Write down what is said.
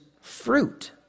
fruit